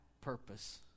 purpose